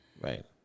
Right